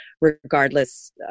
regardless